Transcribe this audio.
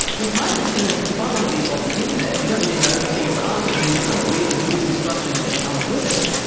whereas my concern is if you buy one of these off the internet you don't really know anything about it. you know you kind of read the brief instructions that come with it,